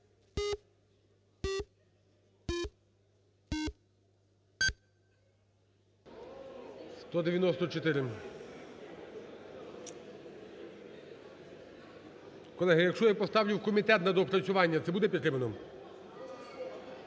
комітет на доопрацювання,